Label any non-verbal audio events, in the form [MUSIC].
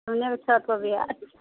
[UNINTELLIGIBLE]